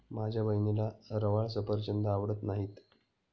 माझ्या बहिणीला रवाळ सफरचंद आवडत नाहीत